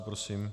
Prosím.